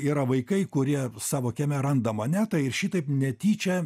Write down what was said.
yra vaikai kurie savo kieme randa monetą ir šitaip netyčia